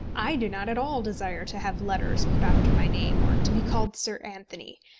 i do not at all desire to have letters put after my name, or to be called sir anthony,